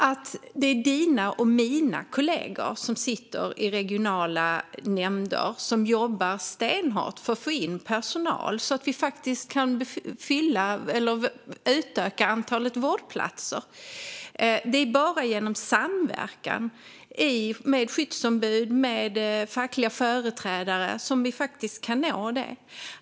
Det är dina och mina kollegor som sitter i regionala nämnder och jobbar stenhårt för att få in personal så att antalet vårdplatser kan utökas, Johanna Haraldsson. Det är bara genom samverkan med skyddsombud och fackliga företrädare som vi kan nå fram.